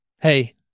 hey